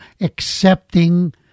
accepting